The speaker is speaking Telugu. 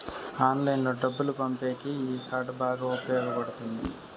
ఆన్లైన్లో డబ్బులు పంపేకి ఈ కార్డ్ బాగా ఉపయోగపడుతుంది